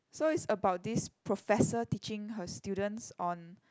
so it's about this professor teaching her students on